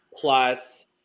plus